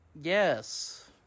Yes